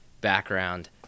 background